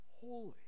holy